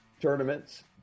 tournaments